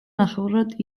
ნახევრად